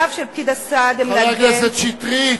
חבר הכנסת שטרית,